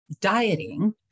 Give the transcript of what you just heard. dieting